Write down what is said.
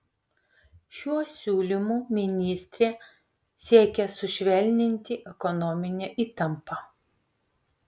šiuo siūlymu ministrė siekia sušvelninti ekonominę įtampą